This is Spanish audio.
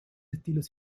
estilos